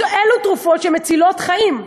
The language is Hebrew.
אלו תרופות שמצילות חיים.